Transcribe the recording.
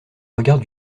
regard